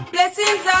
Blessings